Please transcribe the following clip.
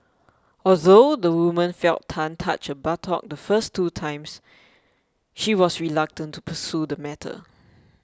although the woman felt Tan touch her buttock the first two times she was reluctant to pursue the matter